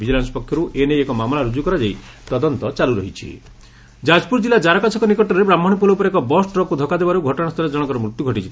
vigilance ପକ୍ଷରୁ ଏନେଇ ଏକ ମାମଲା ରୁଜୁ କରାଯାଇ ତଦନ୍ତ ଚାଲ୍ୱରହିଛି ଦୁର୍ଘଟଣା ଯାଜପୁର ଜିଲ୍ଲା ଜାରକା ଛକ ନିକଟରେ ବ୍ରାହ୍କଶୀ ପୋଲ ଉପରେ ଏକ ବସ୍ ଟ୍ରକ୍କୁ ଧକ୍କ ଦେବାରୁ ଘଟଣାସ୍ଥଳରେ ଜଣକର ମୃତ୍ଧୁ ଘଟିଛି